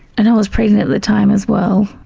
and i was pregnant at the time as well,